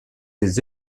des